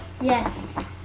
Yes